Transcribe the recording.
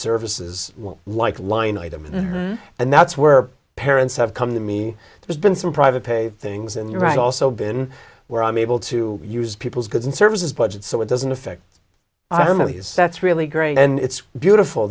services like line item in there and that's where parents have come to me there's been some private pay things and you're right also been where i'm able to use people's goods and services budgets so it doesn't affect our movies that's really growing and it's beautiful